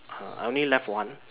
uh I only left one